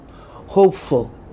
Hopeful